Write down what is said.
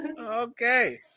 okay